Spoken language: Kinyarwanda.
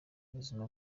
ubuzima